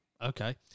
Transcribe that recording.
okay